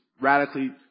radically